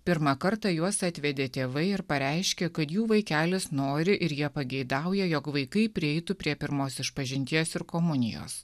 pirmą kartą juos atvedė tėvai ir pareiškė kad jų vaikelis nori ir jie pageidauja jog vaikai prieitų prie pirmos išpažinties ir komunijos